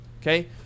okay